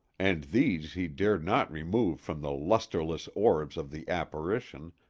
and these he dared not remove from the lusterless orbs of the apparition,